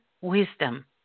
wisdom